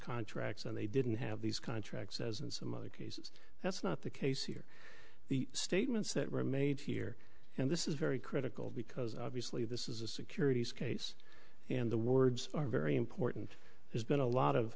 contracts and they didn't have these contracts as in some other cases that's not the case here the statements that were made here and this is very critical because obviously this is a securities case and the words are very important there's been a lot of